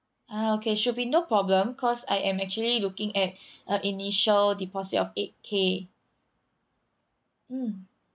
ah okay should be no problem cause I am actually looking at a initial deposit of eight K mm